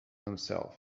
himself